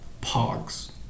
Pogs